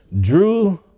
drew